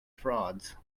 frauds